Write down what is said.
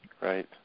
Right